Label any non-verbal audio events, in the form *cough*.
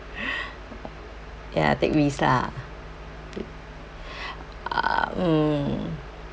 *breath* ya take risk lah i~ *breath* uh mm